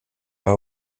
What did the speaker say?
pas